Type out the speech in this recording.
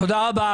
תודה רבה.